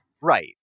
right